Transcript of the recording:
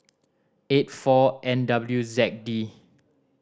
eight four N W Z D